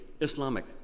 Islamic